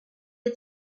you